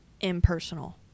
impersonal